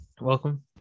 welcome